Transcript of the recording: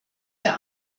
der